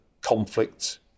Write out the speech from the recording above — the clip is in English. conflict